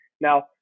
Now